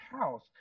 house